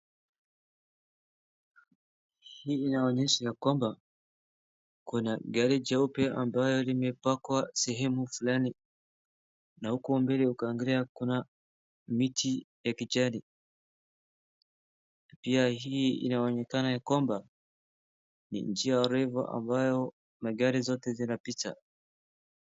Hii inaonyesha ya kwamba, kuna gari jeupe ambalo limepakwa sehemu fulani, na huko mbele ukiangalia kuna miti ya kijani, pia hii inaonekana ya kwamba ni njia refu ambayo magari zote zinapita.